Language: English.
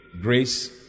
Grace